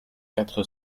quatre